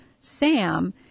Sam